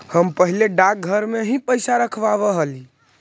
हम पहले डाकघर में ही पैसा रखवाव हली